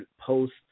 post